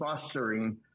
fostering